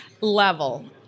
level